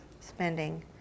spending